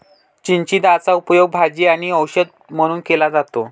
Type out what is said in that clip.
चिचिंदाचा उपयोग भाजी आणि औषध म्हणून केला जातो